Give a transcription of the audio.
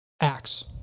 acts